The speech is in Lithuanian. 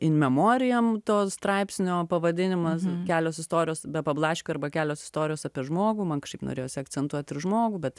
in memorijem to straipsnio pavadinimas kelios istorijos be pablaškio arba kelios istorijos apie žmogų man kažkaip norėjosi akcentuot ir žmogų bet